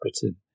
Britain